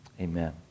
Amen